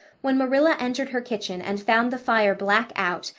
when marilla entered her kitchen and found the fire black out,